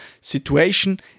situation